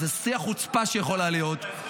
זה שיא החוצפה שיכולה להיות,